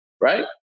Right